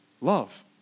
love